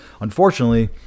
unfortunately